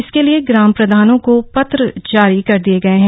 इसके लिए ग्राम प्रधानों को पत्र जारी कर दिए गए हैं